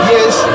Yes